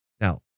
Now